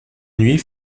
nuit